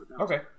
okay